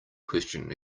question